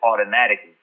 automatically